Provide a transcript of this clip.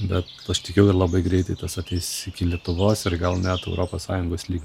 bet aš tikiu kad labai greitai tas ateis iki lietuvos ir gal net europos sąjungos lygy